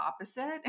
opposite